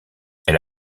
elle